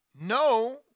No